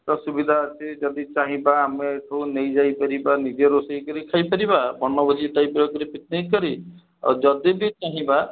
ର ସୁବିଧା ଅଛି ଯଦି ଚାହିଁବା ଆମେ ଏଇଠୁ ନେଇ ଯାଇ ପାରିବା ନିଜେ ରୋଷେଇ କରି ଖାଇପାରିବା ବନ ଭୋଜି ଟାଇପ୍ର ପିକିନିକ୍ କରି ଆଉ ଯଦି ବି ଚାହିଁବା